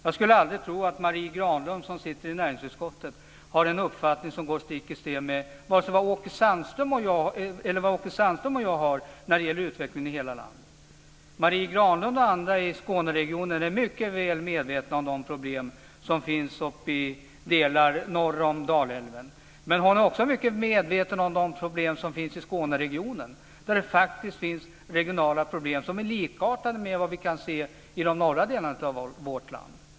Jag skulle aldrig tro att Marie Granlund som sitter i näringsutskottet har en uppfattning som går stick i stäv med den som Åke Sandström och jag har när det gäller utveckling i hela landet. Marie Granlund och andra i Skåneregionen är mycket väl medvetna om de problem som finns i delar norr om Dalälven. Men hon är också mycket medveten om de problem som finns i Skåneregionen. Där finns det faktiskt regionala problem som liknar dem som vi kan se i de norra delarna av vårt land.